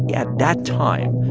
yeah at that time,